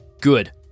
Good